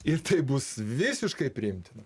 ir tai bus visiškai priimtina